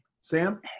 Sam